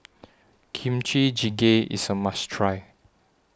Kimchi Jjigae IS A must Try